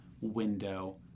window